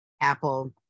Apple